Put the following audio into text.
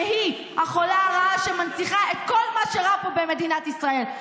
שהיא הרעה החולה שמנציחה את כל מה שרע פה במדינת ישראל.